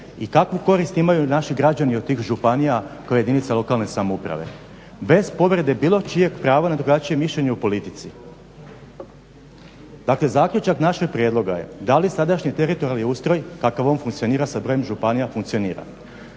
i kakvu korist imaju naši građani od tih županija kao jedinica lokalne samouprave bez povrede bilo čijeg prava na drugačije mišljenje u politici? Dakle zaključak našeg prijedloga je da li sadašnji teritorijalni ustroj kakav on funkcionira sa brojem županija funkcionira.